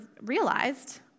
realized